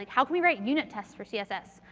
like how can we write unit tests for css?